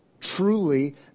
Truly